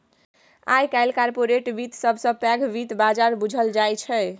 आइ काल्हि कारपोरेट बित्त सबसँ पैघ बित्त बजार बुझल जाइ छै